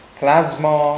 plasma